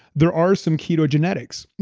there are some keto genetics,